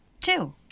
Two